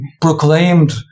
proclaimed